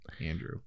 Andrew